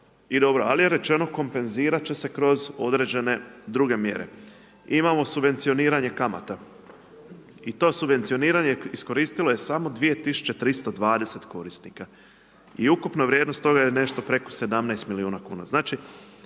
je rečeno kompenzirat će se kroz određene druge mjere. Imamo subvencioniranje kamata i to subvencioniranje iskoristilo je samo 2 320 korisnika i ukupna vrijednost toga je nešto preko 17 milijuna kuna.